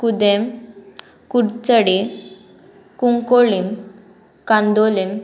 कुदेंम कुडचडे कुंकोळीं कांदोलें